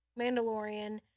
Mandalorian